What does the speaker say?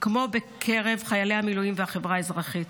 כמו בקרב חיילי המילואים והחברה האזרחית,